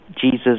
Jesus